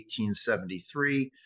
1873